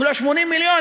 אפילו ה-80 מיליון,